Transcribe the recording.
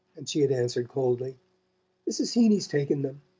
and she had answered coldly mrs. heeny's taken them.